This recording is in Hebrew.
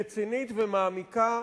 רצינית ומעמיקה,